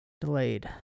delayed